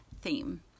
theme